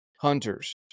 hunters